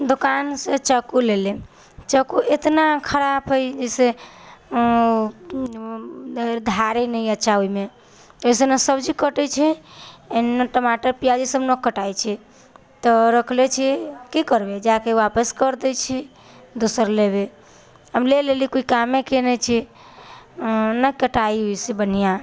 दोकानसँ चाकू लइली चाकू एतना खराब हइ जइसे धारे नहि अच्छा ओहिमे ओहिसँ नहि सब्जी कटै छै नहि टमाटर प्याज ईसब नहि कटाइ छै तऽ रखले छी की करबै जाकऽ वापस करि दै छी दोसर लेबै आब लऽ लेलिए कोइ कामेके नहि छै नहि कटाइ ओहिसँ बढ़िआँ